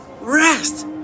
rest